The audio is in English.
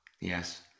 Yes